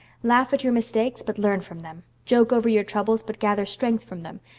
laugh at your mistakes but learn from them, joke over your troubles but gather strength from them,